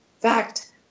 fact